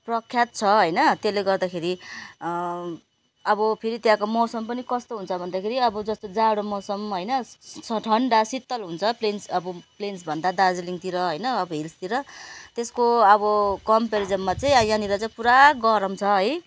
प्रख्यात छ होइन त्यसले गर्दाखेरि अब फेरि त्यहाँको मौसम पनि कस्तो हुन्छ भन्दाखेरि अब जस्तो जाडो मौसम होइन ठन्डा शीतल हुन्छ प्लेन्स अब प्लेन्सभन्दा दार्जिलिङतिर होइन अब हिल्सतिर त्यसको अब कम्पेरिजनमा चाहिँ यहाँनेर चाहिँ पुरा गरम छ है